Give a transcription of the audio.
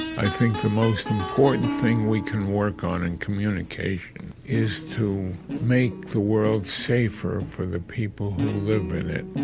i think the most important thing we can work on in communication is to make the world safer for the people who live in it.